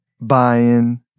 buying